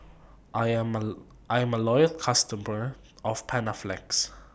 I'm A Loyal customer of Panaflex